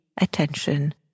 attention